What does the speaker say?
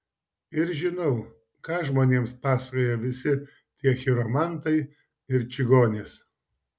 ir žinau ką žmonėms pasakoja visi tie chiromantai ir čigonės